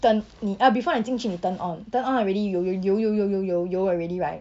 turn 你 uh before 你进去你 turn on turn on already you you 游游游游游 already right